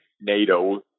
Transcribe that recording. NATO